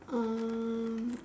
uh